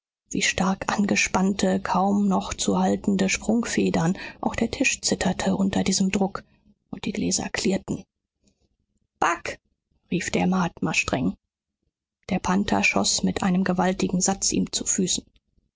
wie stark angespannte kaum noch zu haltende sprungfedern auch der tisch zitterte unter diesem druck und die gläser klirrten bagh rief der mahatma streng der panther schoß mit einem gewaltigen satz ihm zu füßen